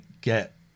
get